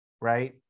right